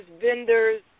vendors